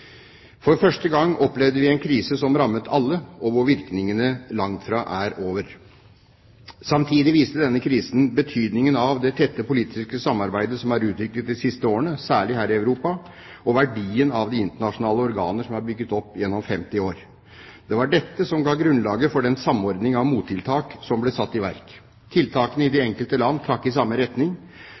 For første gang opplevde vi en krise som rammet alle, og virkningene er langt fra over. Samtidig viste denne krisen betydningen av det tette politiske samarbeidet som er utviklet de siste årene, særlig her i Europa, og verdien av de internasjonale organer som er bygget opp gjennom 50 år. Det var dette som ga grunnlaget for den samordning av mottiltak som ble satt i verk. Tiltakene i de enkelte land trakk i samme retning.